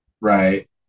Right